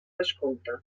descompte